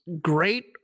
great